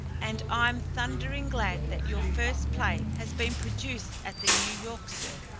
and i'm thundering glad that your first play has been produced at the new york sir.